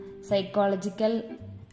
psychological